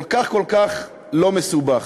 כל כך לא מסובך,